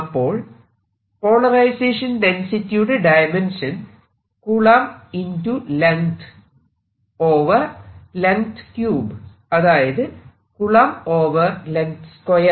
അപ്പോൾ പോളറൈസേഷൻ ഡെൻസിറ്റിയുടെ dimension Coulomb Length Length 3 അതായത് Coulomb Length 2